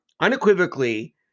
unequivocally